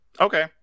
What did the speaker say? Okay